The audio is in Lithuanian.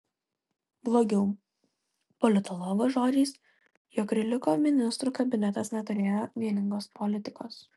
blogiau politologo žodžiais jog kirkilo ministrų kabinetas neturėjo vieningos politikos